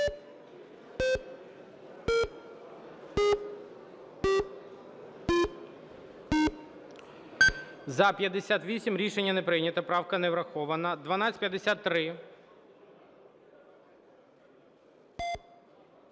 За-58 Рішення не прийнято, правка не врахована. 1253.